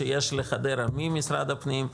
שיש לחדרה ממשרד הפנים,